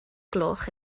gloch